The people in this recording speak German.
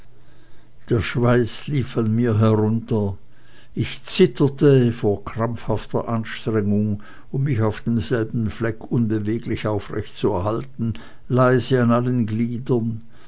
der schweiß lief an mir herunter ich zitterte vor krampfhafter anstrengung um mich auf selbem fleck unbeweglich aufrecht zu halten leise an allen gliedern